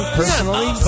personally